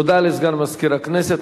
תודה לסגן מזכירת הכנסת.